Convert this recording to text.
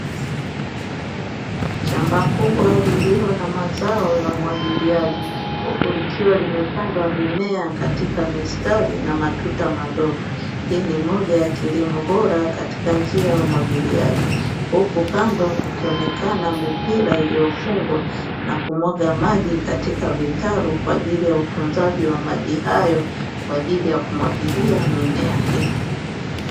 Shamba kubwa lililo na mazao ya umwagiliaji, huku likiwa limepandwa mimea katika mistari na matuta madogo. Hii ni moja ya kilimo bora katika njia ya umwagiliaji. Huku kando kukionekana mipira iliyofungwa na kumwaga maji katika vitalu kwa ajili ya utunzaji wa maji hayo kwa ajili ya kumwagilia mimea hiyo.